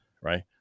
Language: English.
right